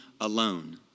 alone